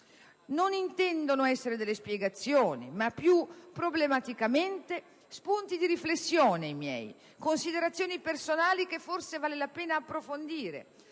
Non intendono essere delle spiegazioni, ma più problematicamente spunti di riflessione, considerazioni personali che forse vale la pena approfondire,